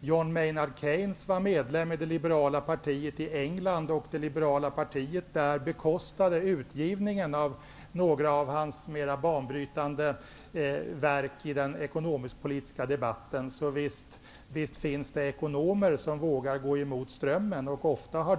John Maynard Keynes var medlem i det liberala partiet i England, och det liberala partiet bekostade utgivningen av några av hans mera banbrytande verk i den ekonomisk-politiska debatten. Så visst finns det ekonomer som vågar gå mot strömmen. Ofta har